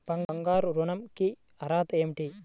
బంగారు ఋణం కి అర్హతలు ఏమిటీ?